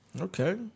Okay